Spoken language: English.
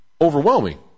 overwhelming